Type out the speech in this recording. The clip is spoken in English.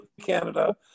Canada